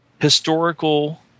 historical